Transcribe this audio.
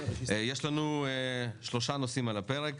יש לנו שלושה נושאים על הפרק.